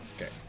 Okay